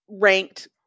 ranked